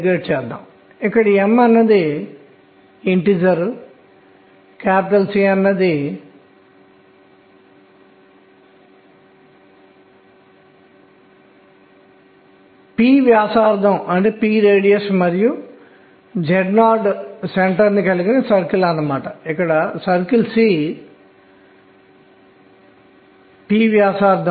కాబట్టి దానిని ఇప్పుడు ఇక్కడే మారుస్తాను మరియు దీనికి బదులుగా ఆకుపచ్చ రంగులో చూపిస్తాను n 1 మరియు l 0 కలిగి ఉంటాం ఇది k 1 మరియు సంబంధిత m విలువ 0 అవుతుంది